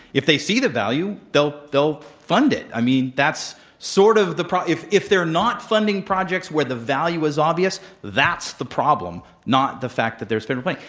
if they see the value, they'll they'll fund it. i mean, that's sort of the if if they're not funding projects where the value is obvious, that's the problem, not the fact that they're sort of like